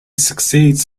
succeeds